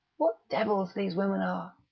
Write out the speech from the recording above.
what devils these women are.